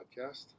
podcast